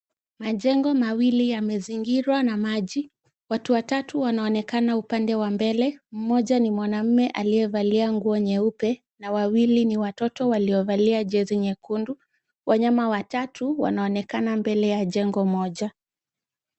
Majengo mawili yamezingirwa na maji. Mmoja ni mwanaume aliyevalia nguo nyeupe na wawili ni watoto waliovalia jezi nyekundu. Wanyama watatu wanaonekana mbelenya jengo moja.